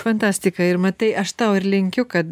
fantastika ir matai aš tau ir linkiu kad